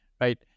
right